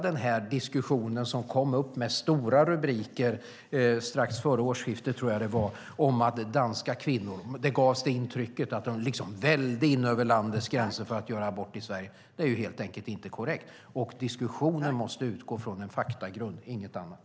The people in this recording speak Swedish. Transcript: Denna diskussion kom upp med stora rubriker strax före årsskiftet, tror jag. Intrycket gavs om att danska kvinnor vällde in över landets gränser för att göra abort. Men det är helt enkelt inte korrekt. Diskussionen måste utgå från en faktagrund och inget annat.